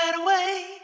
away